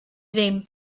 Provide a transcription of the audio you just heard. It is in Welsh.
ddim